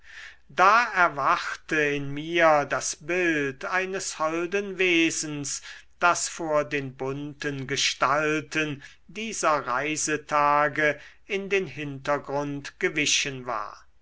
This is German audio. da erwachte in mir das bild eines holden wesens das vor den bunten gestalten dieser reisetage in den hintergrund gewichen war